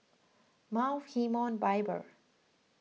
Mount Hermon Bible